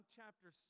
chapter